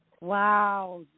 Wow